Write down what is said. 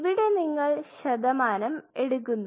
ഇവിടെ നിങ്ങൾ ശതമാനം എടുക്കുന്നു